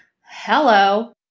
Hello